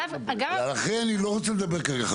על אחרי העבודות אני לא רוצה לדבר כרגע.